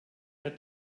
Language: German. der